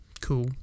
Cool